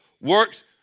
Works